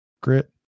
grit